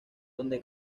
donde